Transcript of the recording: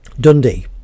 Dundee